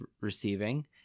receiving